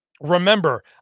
Remember